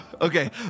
Okay